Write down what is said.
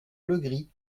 legris